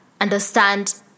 understand